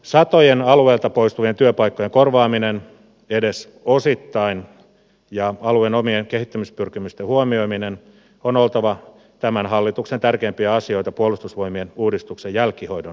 satojen alueelta poistuvien työpaikkojen korvaaminen edes osittain ja alueen omien kehittämispyrkimysten huomioiminen on oltava tämän hallituksen tärkeimpiä asioita puolustusvoimien uudistuksen jälkihoidon osalta